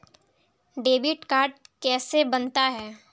Debit card कैसे बनता है?